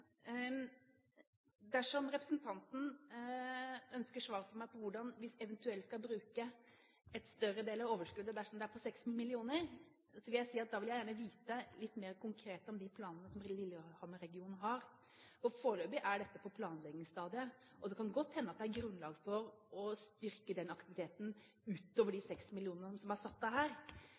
Dersom representanten ønsker svar fra meg på hvordan vi eventuelt skal bruke en større del av overskuddet dersom det er på 6 mill. kr, vil jeg gjerne vite litt mer konkret om de planene som Lillehammer-regionen har. Foreløpig er dette på planleggingsstadiet. Det kan godt hende at det er grunnlag for å styrke aktiviteten utover de 6 mill. kr som er satt av her,